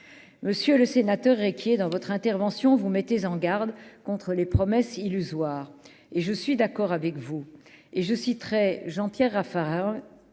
monsieur le sénateur, qui dans votre intervention, vous mettez en garde contre les promesses illusoires et je suis d'accord avec vous et je citerai Jean-Pierre Raffarin,